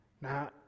now